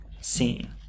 seen